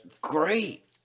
great